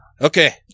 Okay